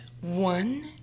one